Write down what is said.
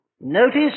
Notice